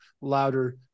louder